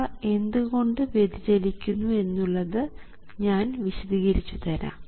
അവ എന്തുകൊണ്ട് വ്യതിചലിക്കുന്നു എന്നുള്ളത് ഞാൻ വിശദീകരിച്ചു തരാം